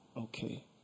okay